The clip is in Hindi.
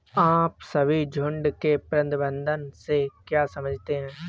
आप सभी झुंड के प्रबंधन से क्या समझते हैं?